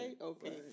Okay